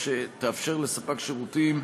תאפשר לספק שירותים,